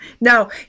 No